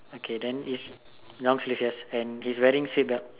okay then is long sleeve shirt and he is wearing seat belt